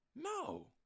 No